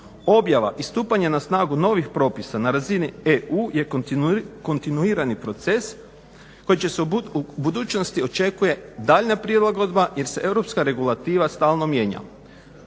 Objava i stupanje na snagu novih propisa na razini EU je kontinuirani proces kojim se u budućnosti očekuje daljnja prilagodba jer se europska regulativa stalno mijenja.